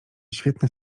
świetne